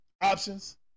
options